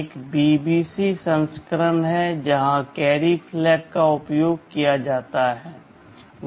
एक BBC संस्करण है जहां कैरी फ़्लैग का उपयोग किया जाता है